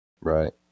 Right